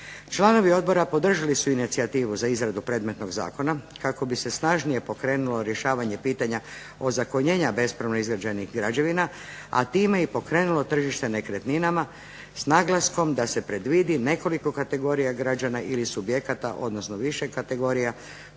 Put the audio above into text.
Članovi odbora podržali su inicijativu za izradu predmetnog zakona kako bi se snažnije pokrenulo rješavanje pitanja ozakonjenja bespravno izgrađenih građevina, a time i pokrenulo tržište nekretninama s naglaskom da se predvidi nekoliko kategorija građana ili subjekata, odnosno više kategorija